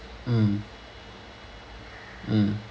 mm mm